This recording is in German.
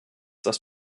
das